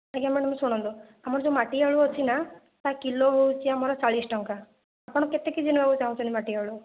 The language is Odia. ଆଜ୍ଞା ମ୍ୟାଡ଼ାମ ଶୁଣନ୍ତୁ ଆମର ଯେଉଁ ମାଟି ଆଳୁ ଅଛି ନାଁ ତାର କିଲୋ ହେଉଛି ଆମର ଚାଳିଶ ଟଙ୍କା ଆପଣ କେତେ କେଜି ନବାକୁ ଚାହୁଁଛନ୍ତି ମାଟି ଆଳୁ